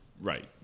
Right